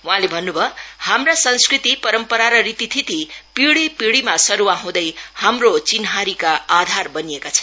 वहाँले भन्नु भयो हाम्रा संस्कृति परम्परा र रीतिथिति पिँढी पिढीमा सरूवा गर्दै हाम्रो चिन्हारीका आधार बनिएका छन्